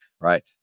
right